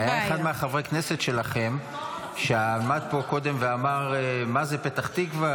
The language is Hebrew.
אחד מחברי הכנסת שלכם עמד פה קודם ואמר: מה זה פתח תקווה,